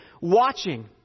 watching